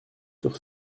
sur